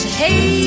hey